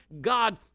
God